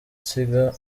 nsiga